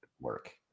work